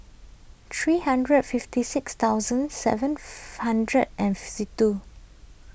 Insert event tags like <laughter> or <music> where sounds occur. three hundred fifty six thousand seven <noise> hundred and fifty two